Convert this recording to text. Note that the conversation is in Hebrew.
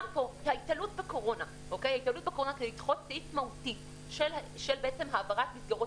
גם פה ההיתלות בקורונה כדי לדחות סעיף מהותי של העברת מסגרות